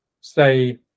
say